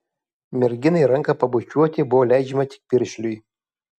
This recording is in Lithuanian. merginai ranką pabučiuoti buvo leidžiama tik piršliui